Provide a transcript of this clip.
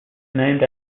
named